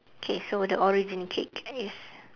K so the origin cake is